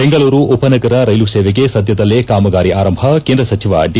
ಬೆಂಗಳೂರು ಉಪನಗರ ರೈಲು ಸೇವೆಗೆ ಸದ್ಯದಲ್ಲೇ ಕಾಮಗಾರಿ ಆರಂಭ ಕೇಂದ್ರ ಸಚಿವ ದಿ